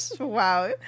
Wow